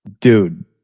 Dude